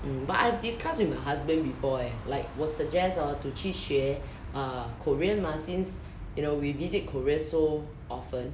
mm but I've discussed with my husband before leh like 我 suggest hor to 去学 uh korean mah since you know we visit korea so often